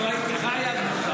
לא הייתי חי אז בכלל.